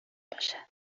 باشه